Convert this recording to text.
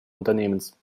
unternehmens